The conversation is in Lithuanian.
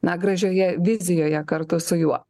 na gražioje vizijoje kartu su juo